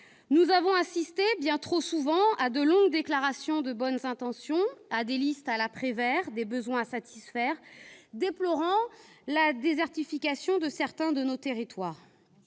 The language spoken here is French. Nous avons assisté, bien trop souvent, à de longues déclarations de bonnes intentions, à des listes à la Prévert des besoins à satisfaire, déplorant la désertification de certains de nos territoires.